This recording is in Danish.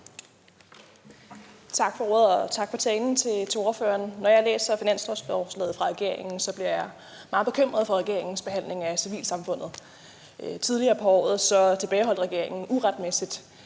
Tak for ordet, og tak for talen til ordføreren. Når jeg læser finanslovsforslaget fra regeringen, bliver jeg meget bekymret over regeringens behandling af civilsamfundet. Tidligere på året tilbageholdt regeringen uretmæssigt